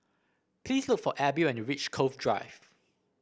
please look for Abby when you reach Cove Drive